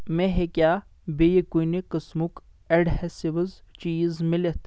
مےٚ ہیٚکیٛا بیٚیہِ کُنہِ قٕسمُک اٮ۪ڈہٮ۪سِوز چیٖز مِلِتھ